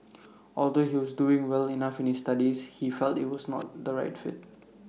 although he was doing well enough in his studies he felt IT was not the right fit